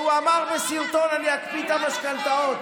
והוא אמר בסרטון: אני אקפיא את המשכנתאות.